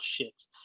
shits